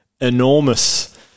enormous